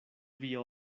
via